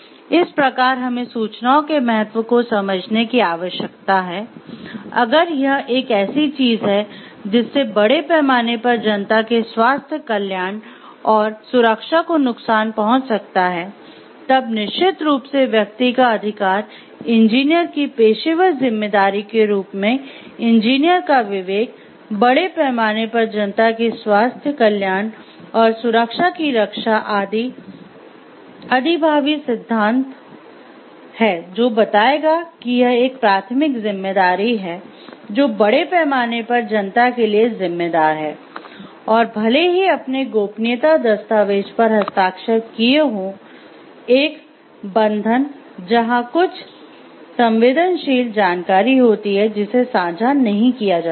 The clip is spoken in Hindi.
इस प्रकार हमें सूचनाओं के महत्व को समझने की आवश्यकता है अगर यह एक ऐसी चीज है जिससे बड़े पैमाने पर जनता के स्वास्थ्य कल्याण और सुरक्षा को नुकसान पहुंच सकता है तब निश्चित रूप से व्यक्ति का अधिकार इंजीनियर की पेशेवर जिम्मेदारी के रूप में इंजीनियर का विवेक बड़े पैमाने पर जनता के स्वास्थ्य कल्याण और सुरक्षा की रक्षा आदि अधिभावी सिद्धांत जहां कुछ संवेदनशील जानकारी होती है जिसे साझा नहीं किया जा सकता